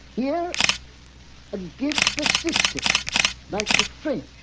yeah a gift for system like the french.